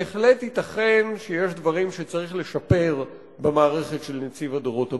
בהחלט ייתכן שיש דברים שצריך לשפר במערכת של נציב הדורות הבאים.